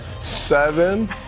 Seven